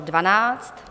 12.